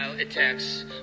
attacks